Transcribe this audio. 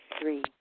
Three